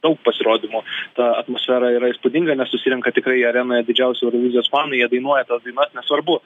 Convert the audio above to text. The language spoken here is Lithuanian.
daug pasirodymų ta atmosfera yra įspūdinga nes susirenka tikrai į areną ir didžiausi eurovizijos fanai jie dainuoja tas dainas nesvarbu